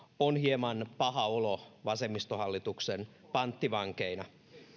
on hieman paha olo vasemmistohallituksen panttivankeina